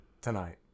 tonight